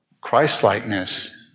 Christ-likeness